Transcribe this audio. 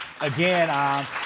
again